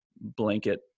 blanket